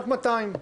רק 200 מיליון.